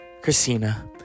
Christina